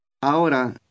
Ahora